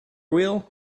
wheel